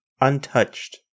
untouched